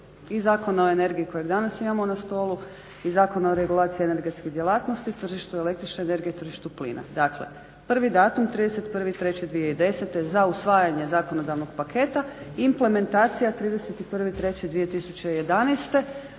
i Zakona o energiji kojeg danas imamo na stolu i Zakona o regulaciji energetske djelatnosti, tržištu električne energije i tržištu plina. Dakle, prvi datum 31.3.2010.za usvajanje zakonodavnog paketa, implementacija 31.3.2011.,